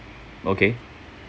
okay